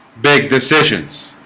big decisions